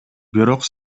бирок